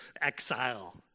exile